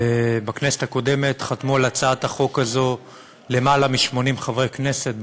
בכנסת הקודמת חתמו על הצעת החוק הזו למעלה מ-80 חברי כנסת,